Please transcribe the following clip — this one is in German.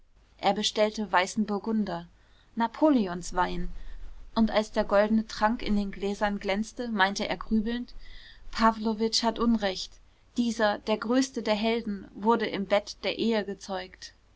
er bestellte weißen burgunder napoleons wein und als der goldne trank in den gläsern glänzte meinte er grübelnd pawlowitsch hat unrecht dieser der größte der helden wurde im bett der ehe gezeugt